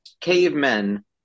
cavemen